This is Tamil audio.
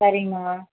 சரிம்மா